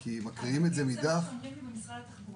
זה מה שאומרים לי במשרד התחבורה.